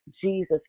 Jesus